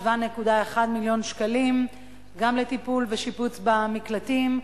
7.1 מיליון שקלים גם לטיפול ושיפוץ במקלטים,